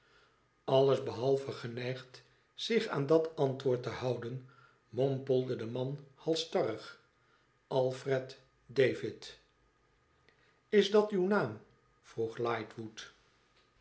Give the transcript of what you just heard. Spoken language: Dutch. aues behalve geneigd zich aan dat antwoord te houden mompelde de man halsstarrig lalfred david is dat uw naam vroeg lightwood